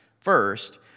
First